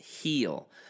heal